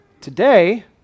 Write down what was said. today